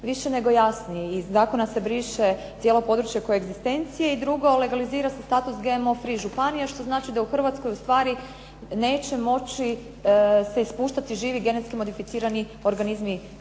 više nego jasni. Iz zakona se briše cijelo područje koegzistencije i drugo legalizira se status GMO free županija, što znači da u Hrvatskoj neće moći se ispuštati živi genetski modificirani organizmi u